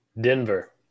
Denver